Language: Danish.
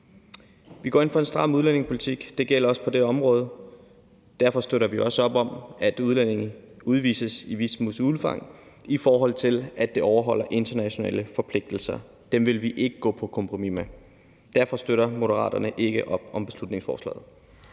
Vi går ind for en stram udlændingepolitik. Det gælder også på dette område. Derfor støtter vi også op om, at udlændinge udvises i videst muligt omfang, på betingelse af at vi overholder internationale forpligtelser. Dem vil vi ikke gå på kompromis med. Derfor støtter Moderaterne ikke op om beslutningsforslaget.